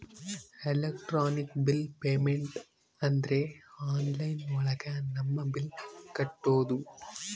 electronic bill payment ಅಂದ್ರೆ online ಒಳಗ ನಮ್ ಬಿಲ್ ಕಟ್ಟೋದು